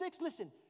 listen